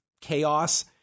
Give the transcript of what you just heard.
chaos